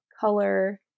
color